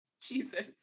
jesus